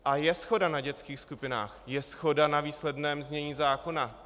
A je shoda na dětských skupinách, je shoda na výsledném znění zákona.